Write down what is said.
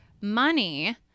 money